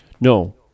No